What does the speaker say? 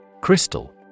Crystal